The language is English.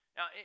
Now